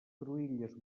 cruïlles